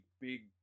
big